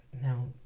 Now